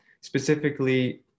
Specifically